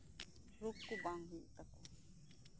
ᱨᱳᱜᱽ ᱠᱚ ᱵᱟᱝ ᱦᱩᱭᱩᱜ ᱛᱟᱠᱚ